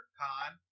con